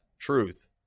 truth